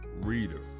reader